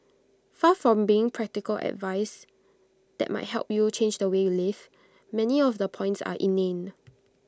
far from being practical advice that might help you change the way you live many of the points are inane